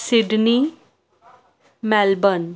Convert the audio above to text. Sydney Melbourne